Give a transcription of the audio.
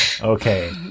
Okay